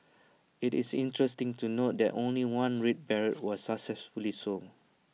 IT is interesting to note that only one red beret was successfully sold